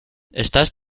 estás